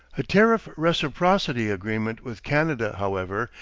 a tariff reciprocity agreement with canada, however,